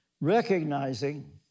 recognizing